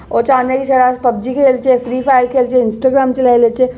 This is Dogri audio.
ओह् चाहन्ने कि छड़ा पब्जी खेलचै फ्री फायर खेलचै इंस्टाग्राम चलाई लैचै